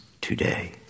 today